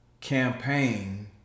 campaign